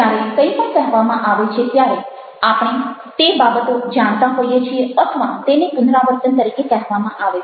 જ્યારે કંઈ પણ કહેવામાં આવે છે ત્યારે આપણે તે બાબતો જાણતા હોઈએ છીએ અથવા તેને પુનરાવર્તન તરીકે કહેવામાં આવે છે